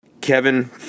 Kevin